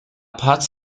paz